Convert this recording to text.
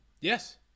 Yes